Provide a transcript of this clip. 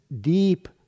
deep